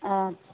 ओ